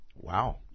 Wow